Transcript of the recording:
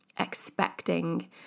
expecting